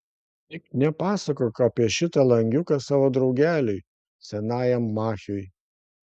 tik nepasakok apie šitą langiuką savo draugeliui senajam machiui